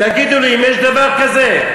תגידו לי, האם יש דבר כזה?